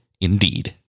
indeed